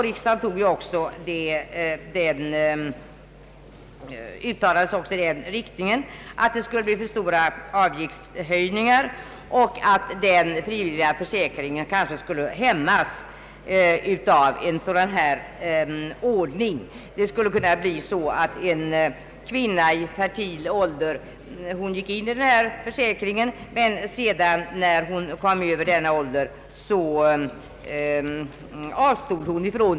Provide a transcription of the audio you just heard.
Riksdagen motiverade sitt beslut om avslag med att det skulle bli för stora avgiftshöjningar och att den frivilliga försäkringen kanske skulle hämmas av en sådan här ordning. Man menade att en kvinna i fertil ålder gick in i försäkringen men utträdde ur den när hon kommit över denna ålder.